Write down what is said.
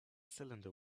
cylinder